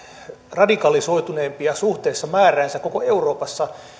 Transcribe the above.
radikalisoituneimpia suhteessa määräänsä koko euroopassa